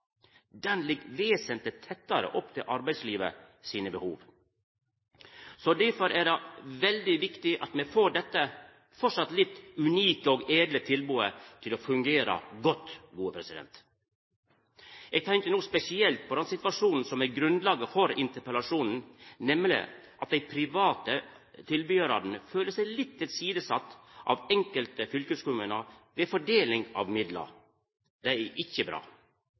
ligg vesentleg tettare opp til arbeidslivet sine behov. Difor er det veldig viktig at me får dette – framleis litt unike og edle – tilbodet til å fungera godt. Eg tenkte no spesielt på den situasjonen som er grunnlaget for interpellasjonen, nemleg at dei private tilbydarane føler seg litt tilsidesette av enkelte fylkeskommunar ved fordeling av midlar. Det er ikkje bra.